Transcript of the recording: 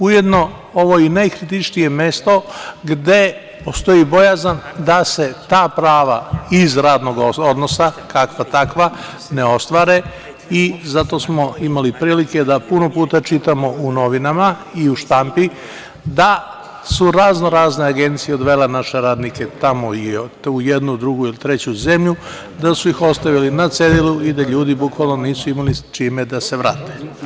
Ujedno ovo je i najkritičnije mesto, gde postoji bojazan da se ta prava iz radnog odnosa, kakva-takva ne ostvare i zato smo imali prilike da puno puta čitamo u novinama i u štampi, da su razno-razne agencije odvele naše radnike tamo u tu jednu, drugi ili treću zemlju, da su ih ostavljali na cedilu i da ljudi bukvalno nisu imali čime da se vrate.